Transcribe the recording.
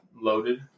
loaded